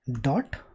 dot